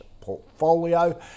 portfolio